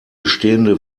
bestehende